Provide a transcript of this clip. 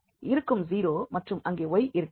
இங்கும் 0 மற்றும் அங்கே y இருக்கிறது